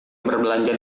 berbelanja